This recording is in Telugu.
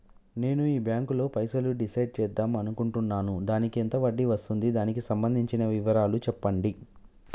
నేను ఈ బ్యాంకులో పైసలు డిసైడ్ చేద్దాం అనుకుంటున్నాను దానికి ఎంత వడ్డీ వస్తుంది దానికి సంబంధించిన వివరాలు చెప్పండి?